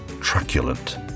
truculent